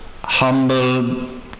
humble